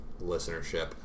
listenership